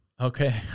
Okay